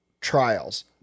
Trials